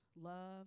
love